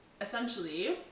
essentially